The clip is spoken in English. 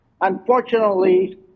Unfortunately